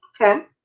Okay